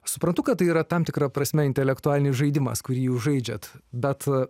suprantu kad tai yra tam tikra prasme intelektualinis žaidimas kurį jūs žaidžiat bet